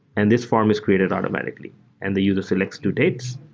and this form is created automatically and the user selects two dates.